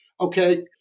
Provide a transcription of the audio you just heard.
okay